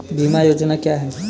बीमा योजना क्या है?